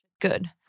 Good